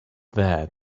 there